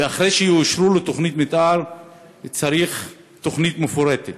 ואחרי שיאשרו לו תוכנית מתאר צריך תוכנית מפורטת.